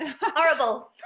horrible